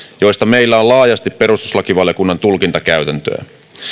joista meillä on laajasti perustuslakivaliokunnan tulkintakäytäntöä